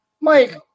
Mike